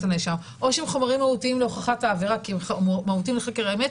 הנאשם או שהם חומרים מהותיים להוכחת העבירה כי הם מהותיים לחקר האמת,